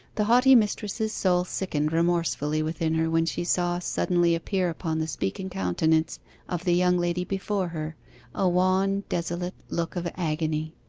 the haughty mistress's soul sickened remorsefully within her when she saw suddenly appear upon the speaking countenance of the young lady before her a wan desolate look of agony.